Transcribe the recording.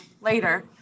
later